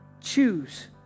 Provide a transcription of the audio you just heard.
choose